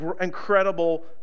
incredible